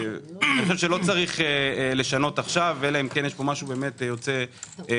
אני חושב שלא צריך לשנות עכשיו אלא אם כן יש משהו יוצא דופן